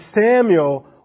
Samuel